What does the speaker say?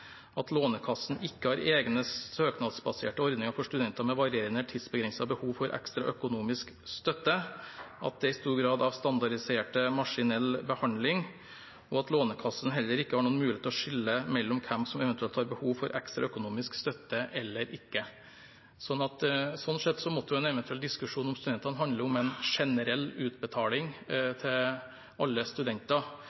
at Lånekassen ikke har egne søknadsbaserte ordninger for studenter med varierende eller tidsbegrenset behov for ekstra økonomisk støtte, at det er en stor grad av standardisert, maskinell behandling, og at Lånekassen heller ikke har noen mulighet til å skille mellom hvem som eventuelt har behov for ekstra økonomisk støtte eller ikke. Sånn sett måtte en eventuell diskusjon om studentene handle om en generell utbetaling